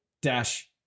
dash